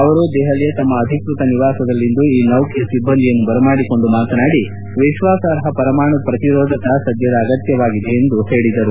ಅವರು ದೆಪಲಿಯ ತಮ್ನ ಅಧಿಕ್ಷತ ನಿವಾಸದಲ್ಲಿಂದು ಈ ನೌಕೆಯ ಸಿಬ್ಲಂದಿಯನ್ನು ಬರಮಾಡಿಕೊಂಡು ಮಾತನಾಡಿ ವಿಶ್ವಾಸಾರ್ಹ ಪರಮಾಣು ಪ್ರತಿರೋಧಕ ಸದ್ಭದ ಅಗತ್ಭವಾಗಿದೆ ಎಂದು ಹೇಳಿದರು